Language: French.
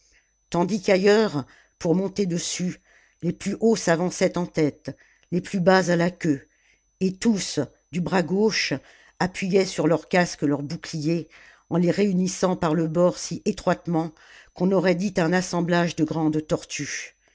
tandis qu'ailleurs pour monter dessus les plus hauts s'avançaient en tête les plus bas à la queue et tous du bras gauche appuyaient sur leurs casques leurs bouchers en les réunissant par le bord si étroitement qu'on aurait dit un assemblage de grandes tortues